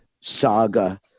saga